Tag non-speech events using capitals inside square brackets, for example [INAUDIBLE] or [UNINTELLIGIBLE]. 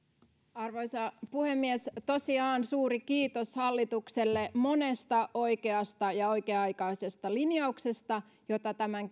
arvoisa puhemies tosiaan suuri kiitos hallitukselle monesta oikeasta ja oikea aikaisesta linjauksesta joita tämän [UNINTELLIGIBLE]